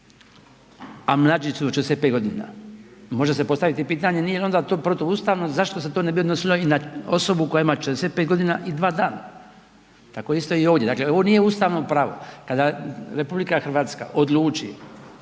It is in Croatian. a mlađi su od 45.g., može se postavit i pitanje nije li to onda protuustavno zašto se to ne bi odnosilo i na osobu koja ima 45.g. i dva dana, tako isto ovdje, dakle ovo nije ustavno pravo. Kada RH odluči